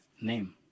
name